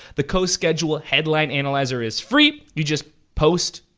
the coschedule headline analyzer is free. you just post,